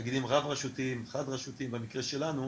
תאגידים רב רשותיים, חד רשותיים במקרה שלנו,